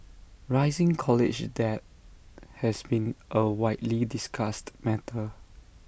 rising college debt has been A widely discussed matter